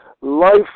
Life